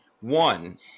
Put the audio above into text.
One